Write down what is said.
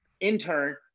intern